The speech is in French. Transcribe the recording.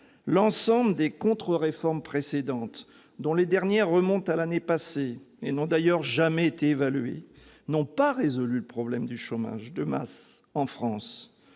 L'ensemble des contre-réformes précédentes, dont les dernières remontent à l'année passée et qui n'ont d'ailleurs jamais été évaluées, n'a pas résolu le problème du chômage de masse en France.